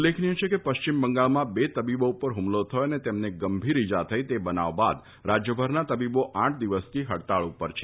ઉલ્લેખનિય છે કે પશ્ચિમ બંગાળમાં બે તબીબો ઉપર ઠુમલો થથો અને તેમને ગંભીર ઈજા થઈ તે બનાવ બાદ રાજ્યભરના તબીબો આઠ દિવસથી હડતાલ પર છે